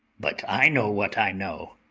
but i know what i know